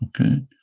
Okay